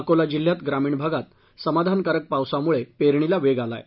अकोला जिल्ह्यात ग्रामीण भागात समाधानकारक पावसामुळे पेरणीला वेग आला आहे